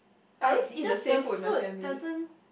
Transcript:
like just the food doesn't